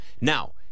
Now